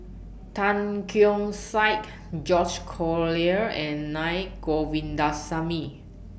Tan Keong Saik George Collyer and Naa Govindasamy